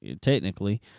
technically